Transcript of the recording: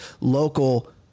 local